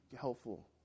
helpful